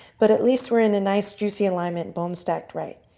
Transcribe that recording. but at least we're in a nice juicy alignment, bones stacked right.